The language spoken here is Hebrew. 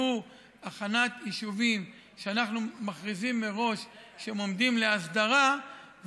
והוא הכנת יישובים שאנחנו מכריזים מראש שהם עומדים להסדרה,